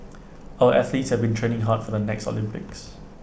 our athletes have been training hard for the next Olympics